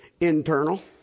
internal